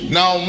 now